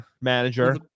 Manager